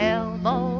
elbow